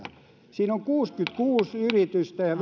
siinä on kuusikymmentäkuusi yritystä ja